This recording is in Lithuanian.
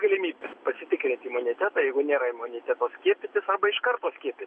galimybė pasitikrinti imunitetą jeigu nėra imuniteto skiepytis arba iš karto skiepytis